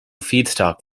feedstock